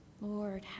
Lord